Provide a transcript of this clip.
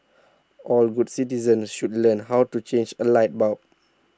all good citizens should learn how to change A light bulb